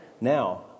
Now